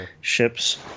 ships